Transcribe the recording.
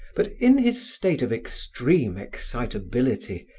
but in his state of extreme excitability,